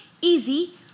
easy